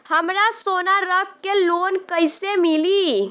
हमरा सोना रख के लोन कईसे मिली?